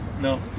No